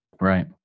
Right